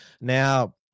Now